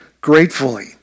gratefully